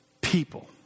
people